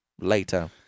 later